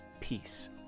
Peace